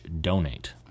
donate